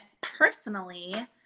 personally